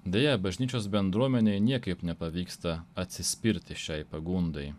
deja bažnyčios bendruomenei niekaip nepavyksta atsispirti šiai pagundai